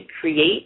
create